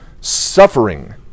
Suffering